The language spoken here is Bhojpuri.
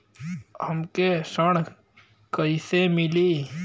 हमके ऋण कईसे मिली?